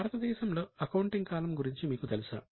భారతదేశంలో అకౌంటింగ్ కాలం గురించి మీకు తెలుసా